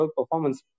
performance